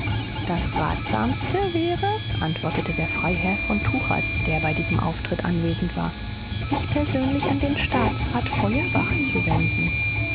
das ratsamste wäre antwortete der freiherr von tucher der bei diesem auftritt anwesend war sich persönlich an den staatsrat feuerbach zu wenden